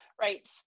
right